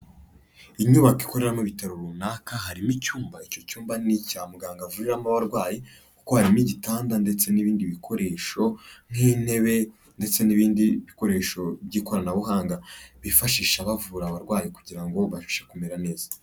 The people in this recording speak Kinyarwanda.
Inyubako ikoreramo ibitaro runaka, harimo icyumba, icyo cyumba ni icya muganga avuriramo abarwayi, kuko harimo igitanda ndetse n'ibindi bikoresho nk'intebe ndetse n'ibindi bikoresho by'ikoranabuhanga, bifashisha bavura abarwayi kugira ngo babashe kumera neza.